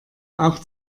auch